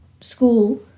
school